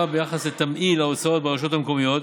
ביחס לתמהיל ההוצאות ברשויות המקומיות,